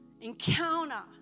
encounter